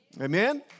Amen